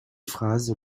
phrases